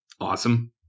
Awesome